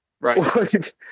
Right